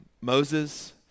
Moses